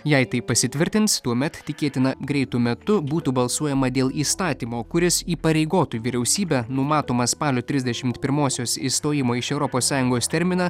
jei tai pasitvirtins tuomet tikėtina greitu metu būtų balsuojama dėl įstatymo kuris įpareigotų vyriausybę numatomą spalio trisdešimt pirmosios išstojimo iš europos sąjungos terminą